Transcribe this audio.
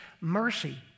mercy